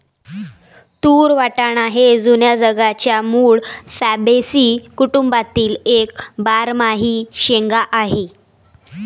तूर वाटाणा हे जुन्या जगाच्या मूळ फॅबॅसी कुटुंबातील एक बारमाही शेंगा आहे